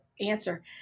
answer